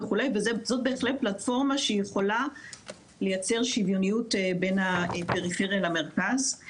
זאת בהחלט פלטפורמה שיכולה לייצר שוויוניות בין הפריפריה למרכז.